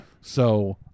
So-